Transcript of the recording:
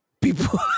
people